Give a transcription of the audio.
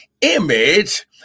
Image